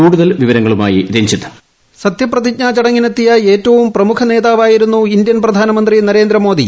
കൂടുതൽ വിവരങ്ങളുമായി രഞ്ജിത്ത് വോയിസ് സത്യപ്രതിജ്ഞാ ചടങ്ങിന് എത്തിയു ഏറ്റവും പ്രമുഖനേതാവായിരുന്നു ഇന്ത്യൻ പ്രധാനമന്ത്രി നരേന്ദ്രമോദി